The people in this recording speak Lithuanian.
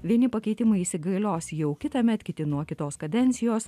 vieni pakeitimai įsigalios jau kitąmet kiti nuo kitos kadencijos